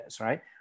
right